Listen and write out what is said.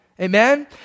Amen